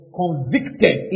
convicted